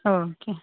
okay